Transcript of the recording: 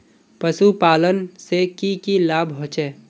पशुपालन से की की लाभ होचे?